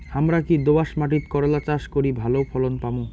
হামরা কি দোয়াস মাতিট করলা চাষ করি ভালো ফলন পামু?